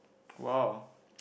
!wow!